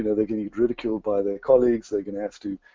and they're going to get ridiculed by their colleagues. they're going to have to